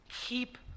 Keep